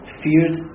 feared